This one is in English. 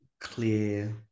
clear